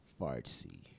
fartsy